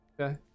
okay